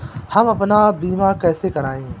हम अपना बीमा कैसे कराए?